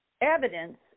evidence